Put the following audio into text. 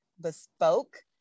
Bespoke